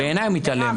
בעיניי הוא מתעלם.